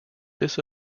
this